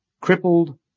Crippled